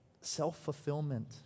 self-fulfillment